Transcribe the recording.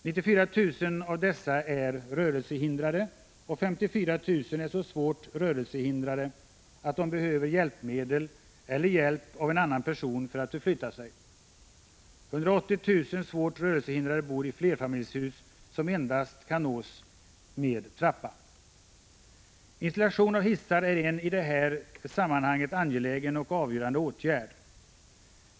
94 000 av dessa är rörelsehindrade och 54 000 är så svårt rörelsehindrade att de behöver hjälpmedel eller hjälp av en annan person för att förflytta sig. 180 000 svårt rörelsehindrade bor i flerfamiljshus som endast kan nås med trappa. Installation av hissar är en i det här sammanhanget angelägen och avgörande åtgärd.